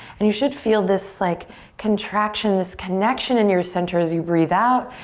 and you should feel this like contraction, this connection in your center as you breathe out.